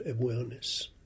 awareness